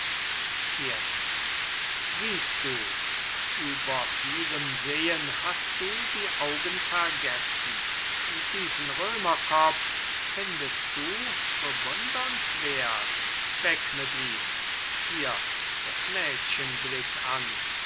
fiesco siehst du über vielem sehen hast du die augen vergessen diesen römerkopf findest du bewundernswert weg mit ihm hier das mädchen blick an